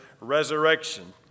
resurrection